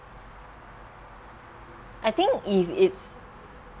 I think if it's